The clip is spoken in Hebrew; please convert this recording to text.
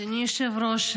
אדוני היושב-ראש,